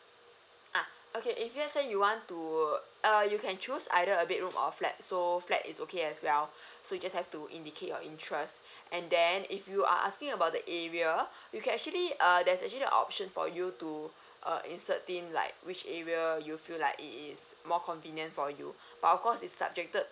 ah okay if you're saying you want to err you can choose either a bedroom or flat so flat is okay as well so you just have to indicate your interest and then if you are asking about the area you can actually err there's actually option for you to err insert theme like which area you feel like it is more convenient for you but of course it's subjected